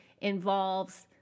involves